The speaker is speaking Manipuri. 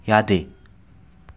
ꯌꯥꯗꯦ